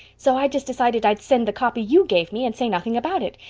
so i just decided i'd send the copy you gave me, and say nothing about it.